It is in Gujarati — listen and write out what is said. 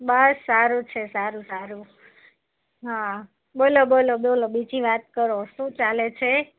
બસ સારું છે સારું સારું હા બોલો બોલો બોલો બીજી વાત કરો શું ચાલે છે